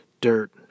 Dirt